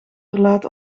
verlaat